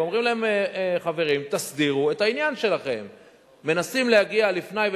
זה לא איזה פקיד אכזרי שלא אכפת לו והוא החליט שהוא